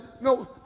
No